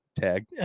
tag